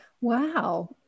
Wow